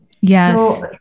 Yes